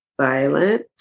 violent